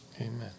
Amen